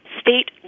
state